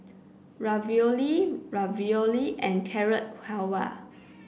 Ravioli Ravioli and Carrot Halwa